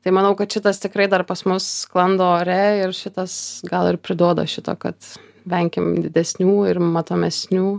tai manau kad šitas tikrai dar pas mus sklando ore ir šitas gal ir priduoda šito kad venkim didesnių ir matomesnių